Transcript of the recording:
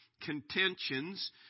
contentions